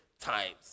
times